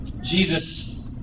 Jesus